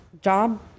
job